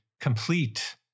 complete